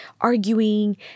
arguing